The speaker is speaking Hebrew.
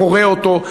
וקורא אותו,